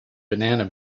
banana